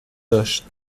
داشت